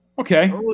Okay